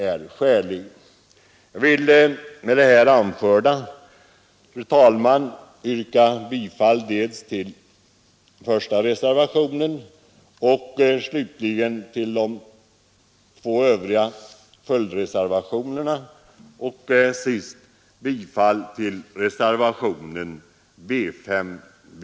Jag vill med det anförda, fru talman, utöver till reservationen B 1 och till de två följdreservationerna B 2 och B 3 yrka bifall till reservationen BSb.